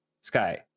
Sky